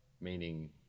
meaning